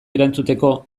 erantzuteko